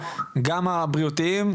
גם הבריאותיים,